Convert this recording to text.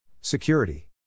Security